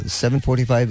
7.45